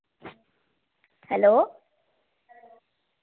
hello